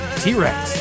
t-rex